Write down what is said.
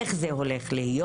איך זה הולך להיות.